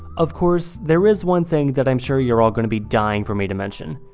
of course there is one thing that i'm sure you're all going to be dying for me to mention,